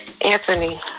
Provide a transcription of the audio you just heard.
Anthony